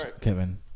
Kevin